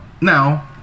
now